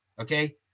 okay